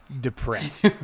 depressed